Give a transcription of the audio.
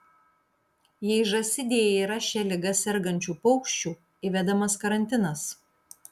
jei žąsidėje yra šia liga sergančių paukščių įvedamas karantinas